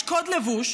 יש קוד לבוש?